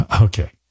Okay